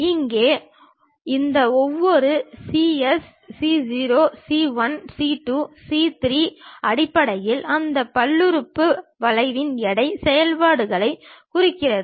இங்கே இந்த ஒவ்வொரு cs c0 c 1 c 2 c 3 அடிப்படையில் அந்த பல்லுறுப்புறுப்பு வளைவின் எடை செயல்பாடுகளை குறிக்கிறது